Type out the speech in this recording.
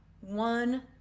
One